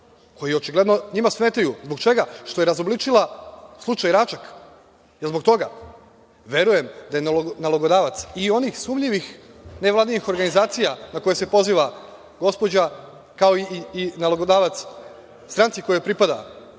koje očigledno njima smetaju. Zbog čega? Što je razobličila slučaj Račak, jel zbog toga? Verujem da je nalogodavac i oni sumnjivi nevladinih organizacija na koje se poziva gospođa, kao i nalogodavac stranci koja pripada